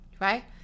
right